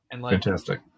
fantastic